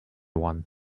one